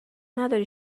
نداری